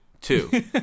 two